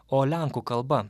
o lenkų kalba